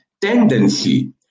tendency